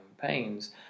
campaigns